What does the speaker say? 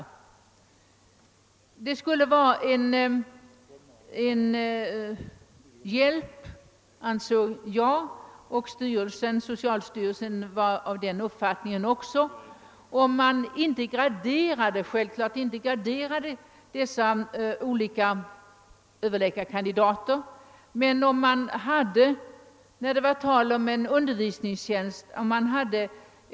Jag ansåg att det skulle vara en hjälp om man inte graderade de olika läkarkandidaterna — också socialstyrelsen var av den uppfattningen — men till sitt förfogande hade en upplysning om de vetenskapliga meriterna när det var fråga om en undervisningstjänst.